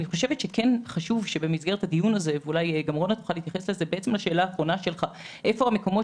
אני חושבת שבמסגרת הדיון הזה חשוב להבין איפה המקומות